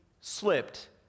slipped